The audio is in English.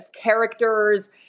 characters